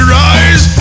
rise